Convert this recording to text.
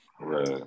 Right